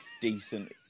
decent